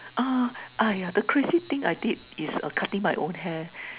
ah yeah the craziest thing I did is cutting my own hair